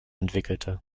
entwickelte